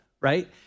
right